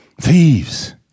thieves